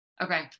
Okay